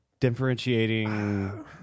Differentiating